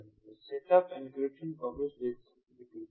तो setup encryption publish और decryption